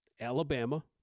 Alabama